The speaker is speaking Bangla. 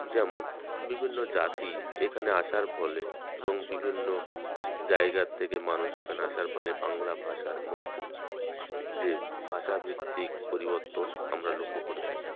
যেমন বিভিন্ন জাতি এখানে আসার ফলে এবং বিভিন্ন জায়গার থেকে মানুষ এখানে আসার ফলে বাংলা ভাষার মধ্যে যে ভাষাভিত্তিক পরিবর্তন আমরা লক্ষ্য করে থাকি